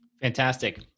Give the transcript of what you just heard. Fantastic